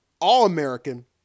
All-American